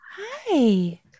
Hi